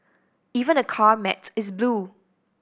even the car mats is blue